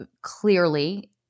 clearly